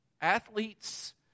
athletes